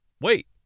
Wait